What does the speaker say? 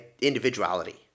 individuality